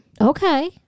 Okay